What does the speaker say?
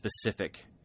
specific